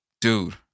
Dude